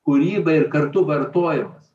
kūryba ir kartu vartojimas